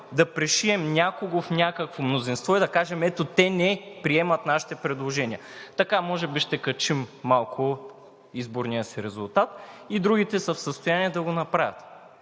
да пришием някого в някакво мнозинство и да кажем: ето, те не приемат нашите предложения. Така може би ще качим малко изборния си резултат и другите са в състояние да го направят.